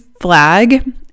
flag